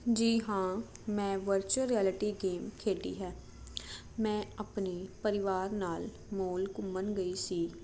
ਜੀ ਹਾਂ ਮੈਂ ਵਰਚੁਅਲ ਰਿਐਲਿਟੀ ਗੇਮ ਖੇਡੀ ਹੈ ਮੈਂ ਆਪਣੀ ਪਰਿਵਾਰ ਨਾਲ ਮੋਲ ਘੁੰਮਣ ਗਈ ਸੀ ਤੇ